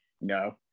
No